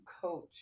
coach